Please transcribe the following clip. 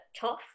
tough